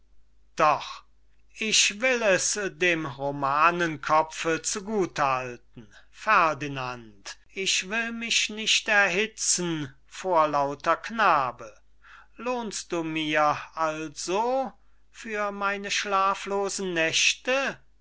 doch ich will es dem romanenkopfe zu gut halten ferdinand ich will mich nicht erhitzen vorlauter knabe lohnst du mir also für meine schlaflosen nächte